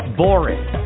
boring